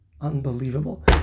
unbelievable